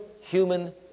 human